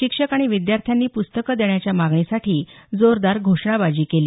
शिक्षक आणि विद्यार्थ्यांनी पुस्तकं देण्याच्या मागणीसाठी जोरदार घोषणाबाजी केली